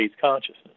consciousness